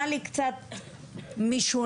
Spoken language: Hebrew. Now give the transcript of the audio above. נראה לי קצת משונה.